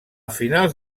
finals